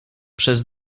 przez